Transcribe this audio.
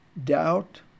Doubt